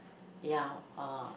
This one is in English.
ya uh